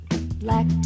black